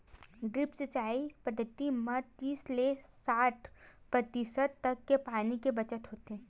drip सिंचई पद्यति म तीस ले साठ परतिसत तक के पानी के बचत होथे